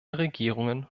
regierungen